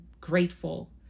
grateful